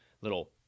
little